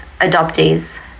adoptees